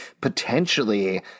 potentially